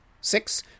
Six